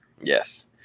Yes